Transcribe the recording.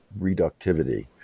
reductivity